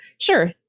Sure